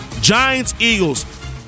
Giants-Eagles